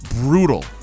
brutal